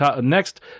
next